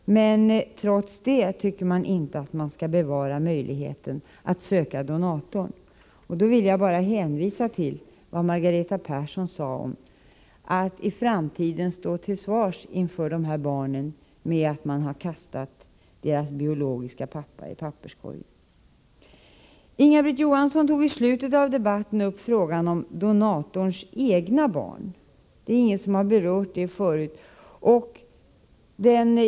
Men trots det tycker de inte att man skall bevara möjligheten att söka donatorn. Då vill jag bara hänvisa till vad Margareta Persson sade om att i framtiden stå till svars inför de här barnen för att man har kastat deras biologiska pappa i papperskorgen. Inga-Britt Johansson tog i slutet av debatten upp frågan om donatorns egna barn. Det är ingen som har berört det förut.